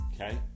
okay